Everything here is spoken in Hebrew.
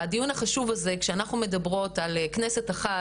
בדיון החשוב הזה כשאנחנו מדברות על כנסת אחת,